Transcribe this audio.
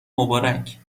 مبارک